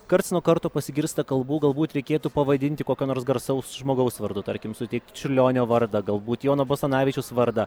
karts nuo karto pasigirsta kalbų galbūt reikėtų pavadinti kokio nors garsaus žmogaus vardu tarkim suteikt čiurlionio vardą galbūt jono basanavičiaus vardą